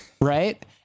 right